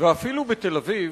ואפילו בתל-אביב,